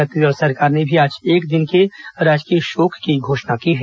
छत्तीसगढ़ सरकार ने भी आज एक दिन के राजकीय शोक की घोषणा की है